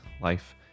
life